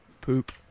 Poop